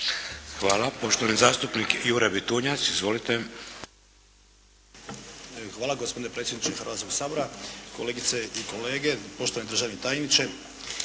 Hvala. Poštovani zastupnik Jure Bitunjac. Izvolite. **Bitunjac, Jure (HDZ)** Hvala gospodine predsjedniče Hrvatskoga sabora, kolegice i kolege, poštovani državni tajniče.